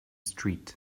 street